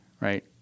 right